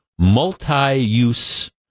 Multi-use